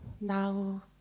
now